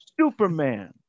superman